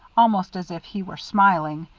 almost as if he were smiling,